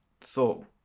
thought